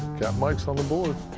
captain mike is on the board.